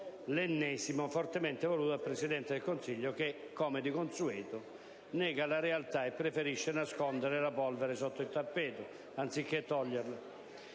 l'ennesimo, fortemente voluto dal Presidente del Consiglio che, come di consueto, nega la realtà e preferisce nascondere la polvere sotto il tappeto, anziché toglierla.